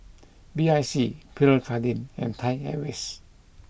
B I C Pierre Cardin and Thai Airways